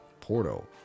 Porto